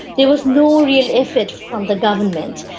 there was no real effort from the government.